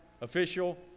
official